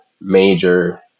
major